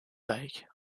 bike